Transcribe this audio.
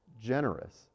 generous